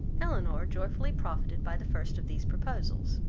elinor joyfully profited by the first of these proposals,